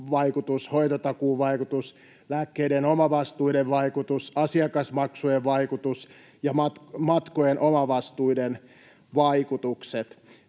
hoitotakuun vaikutus, lääkkeiden omavastuiden vaikutus, asiakasmaksujen vaikutus ja matkojen omavastuiden vaikutukset.